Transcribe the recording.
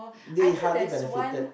they hardly benefited